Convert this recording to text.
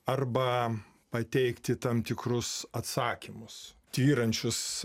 arba pateikti tam tikrus atsakymus tvyrančius